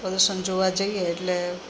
પ્રદર્શન જોવા જઈએ એટલે